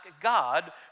God